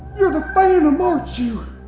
you're the phantom, aren't you?